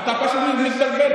אתה פשוט מתבלבל.